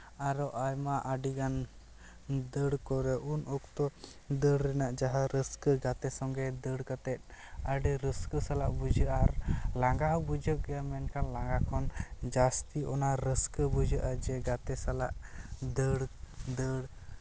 ᱟᱨᱚ ᱟᱭᱢᱟ ᱟᱹᱰᱤᱜᱟᱱ ᱫᱟᱹᱲ ᱠᱚᱨᱮᱜ ᱩᱱ ᱚᱠᱛᱚ ᱫᱟᱹᱲ ᱨᱮᱱᱟᱜ ᱡᱟᱦᱟᱸ ᱨᱟᱹᱥᱠᱟᱹ ᱜᱟᱛᱮ ᱥᱚᱝᱜᱮ ᱫᱟᱹᱲ ᱠᱟᱛᱮᱜ ᱟᱹᱰᱤ ᱨᱟᱹᱥᱠᱟᱹ ᱥᱟᱞᱟᱜ ᱵᱩᱡᱷᱟᱹᱜᱼᱟ ᱟᱨ ᱞᱟᱝᱜᱟ ᱦᱚᱸ ᱵᱩᱡᱷᱟᱹᱜ ᱜᱮᱭᱟ ᱢᱮᱱᱠᱷᱟᱱ ᱞᱟᱝᱜᱟ ᱠᱷᱚᱱ ᱡᱟᱹᱥᱛᱤ ᱚᱱᱟ ᱨᱟᱹᱥᱠᱟᱹ ᱵᱩᱡᱷᱟᱹᱜᱼᱟ ᱡᱮ ᱜᱟᱛᱮ ᱥᱟᱞᱟᱜ ᱫᱟᱹᱲ ᱫᱟᱹᱲ